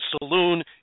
Saloon